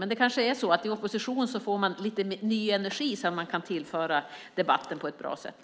Men det kanske är så att i opposition får man lite ny energi som man kan tillföra debatten på ett bra sätt.